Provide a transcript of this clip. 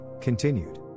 continued